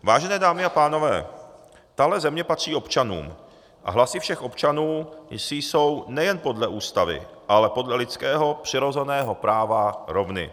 Vážené dámy a pánové, tahle země patří občanům a hlasy všech občanů si jsou nejen podle Ústavy, ale podle lidského přirozeného práva rovny.